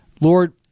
Lord